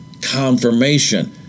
confirmation